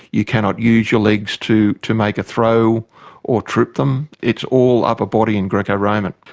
you cannot use your legs to to make a throw or trip them, it's all upper body in greco-roman.